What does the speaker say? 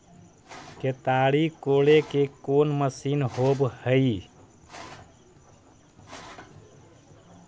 केताड़ी कोड़े के कोन मशीन होब हइ?